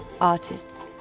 artists